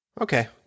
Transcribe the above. Okay